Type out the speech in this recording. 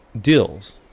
deals